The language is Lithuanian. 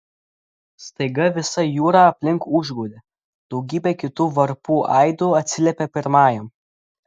staiga visa jūra aplink užgaudė daugybė kitų varpų aidu atsiliepė pirmajam